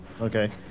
Okay